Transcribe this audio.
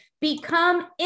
become